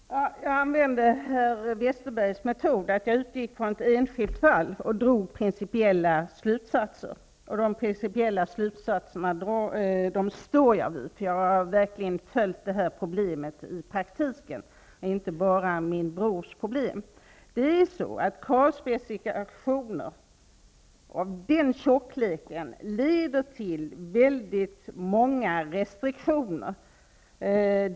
Herr talman! Jag använde herr Westerbergs metod. Jag utgick från ett enskilt fall och drog principiella slutsatser. De principiella slutsatserna står jag för. Jag har verkligen följt det här problemet i praktiken och inte bara min brors problem. Kravspecifikationerna är mycket omfattande och leder till väldigt många restriktioner.